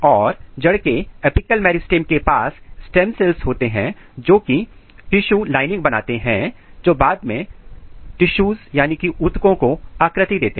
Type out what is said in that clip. और जड़ के अपिकल मेरिस्टम के पास स्टेम सेल्स होते हैं जोकी टिशु लाइनिंग बनाते हैं जो बाद में टिशूज को आकृति देते हैं